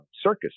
circus